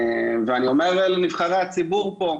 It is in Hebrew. אני אומר לנבחרי הציבור פה,